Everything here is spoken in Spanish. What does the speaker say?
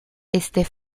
este